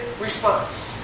response